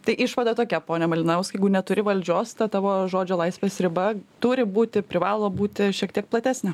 tai išvada tokia pone malinauskai jeigu neturi valdžios ta tavo žodžio laisvės riba turi būti privalo būti šiek tiek platesnė